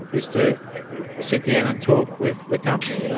is to sit down and talk with the company. and